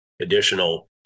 additional